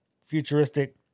futuristic